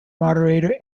moderator